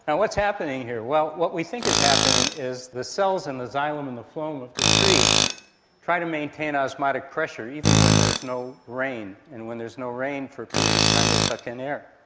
and what is happening here? what we think is happening is the cells in the xylem and the phloem of the tree try to maintain osmotic pressure, even when there is no rain, and when there is no rain for a period of time they suck in air.